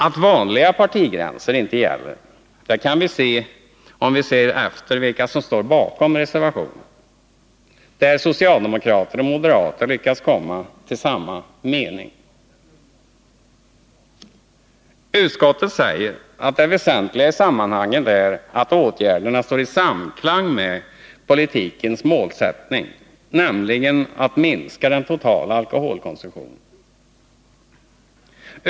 Att vanliga partigränser inte gäller framgår om vi ser efter vilka som står bakom reservationen, där socialdemokrater och moderater lyckats komma till samma mening. Utskottet säger att det väsentliga i sammanhanget är att åtgärderna står i samklang med politikens målsättning, nämligen att minska den totala alkoholkonsumtionen.